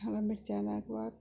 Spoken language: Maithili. हरा मिरचाइ दैके बाद